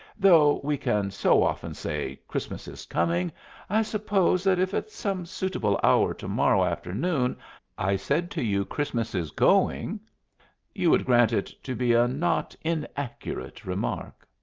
though we can so often say christmas is coming i suppose that if at some suitable hour to-morrow afternoon i said to you, christmas is going you would grant it to be a not inaccurate remark?